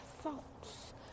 thoughts